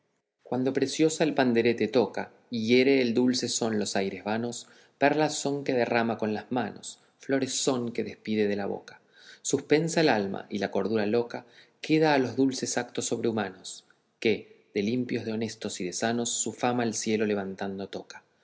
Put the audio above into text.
cuando preciosa el panderete toca y hiere el dulce son los aires vanos perlas son que derrama con las manos flores son que despide de la boca suspensa el alma y la cordura loca queda a los dulces actos sobrehumanos que de limpios de honestos y de sanos su fama al cielo levantado toca